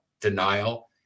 denial